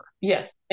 yes